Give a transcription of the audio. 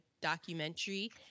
documentary